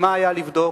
מה היה לבדוק?